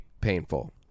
Painful